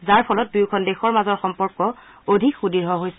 যাৰ ফলত দুয়োকন দেশৰ মাজৰ সম্পৰ্ক অধিক সুদৃঢ় হৈছে